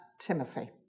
Timothy